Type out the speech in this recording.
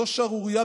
זו שערורייה.